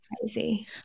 crazy